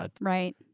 Right